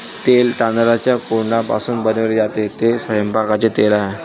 तेल तांदळाच्या कोंडापासून बनवले जाते, ते स्वयंपाकाचे तेल आहे